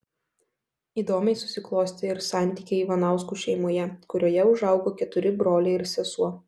įdomiai susiklostė ir santykiai ivanauskų šeimoje kurioje užaugo keturi broliai ir sesuo